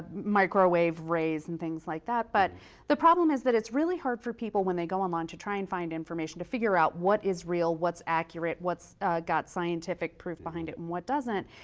microwave rays and things like that. but the problem is that it's really hard for people when they go online to try and find information to figure out what is real, what's accurate, what's got scientific proof behind it, and what doesn't.